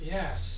Yes